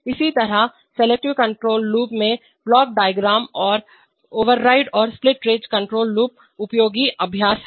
इसी तरह selective control loops के ब्लॉक डायग्राम और ओवरराइड और स्प्लिट रेंज कंट्रोल लूप उपयोगी अभ्यास हैं